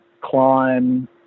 climb